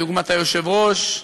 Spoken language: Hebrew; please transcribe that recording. דוגמת היושב-ראש,